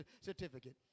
certificate